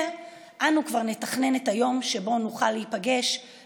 אנו כבר נתכנן את היום שבו נוכל להיפגש,